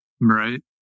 right